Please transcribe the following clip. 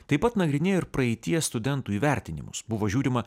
taip pat nagrinėjo ir praeities studentų įvertinimus buvo žiūrima